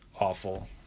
awful